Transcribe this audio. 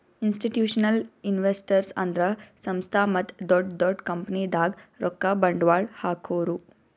institutional investors ಅಂದ್ರ ಸಂಸ್ಥಾ ಮತ್ತ್ ದೊಡ್ಡ್ ದೊಡ್ಡ್ ಕಂಪನಿದಾಗ್ ರೊಕ್ಕ ಬಂಡ್ವಾಳ್ ಹಾಕೋರು